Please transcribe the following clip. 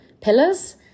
pillars